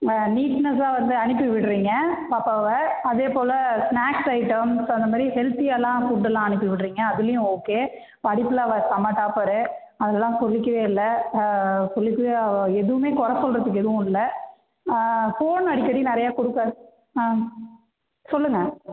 நீட்னஸாக வந்து அனுப்பிவிடுறீங்க பாப்பாவை அதே போல் ஸ்நாக்ஸ் ஐட்டம்ஸ் அந்தமாதிரி ஹெல்த்தியாகலாம் ஃபுட்டுலாம் அனுப்பிவிடுறீங்க அதுலையும் ஓகே படிப்பில அவ செம டாப்பரு அதெலாம் சொல்லிக்கவே இல்லை சொல்லிக்கவே எதுவுமே குற சொல்லுறதுக்கு எதுவும் இல்லை ஃபோன் அடிக்கடி நிறையா கொடுக்க ஆ சொல்லுங்கள்